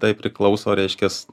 tai priklauso reiškias